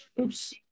Oops